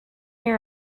here